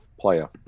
player